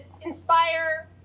inspire